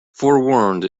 forewarned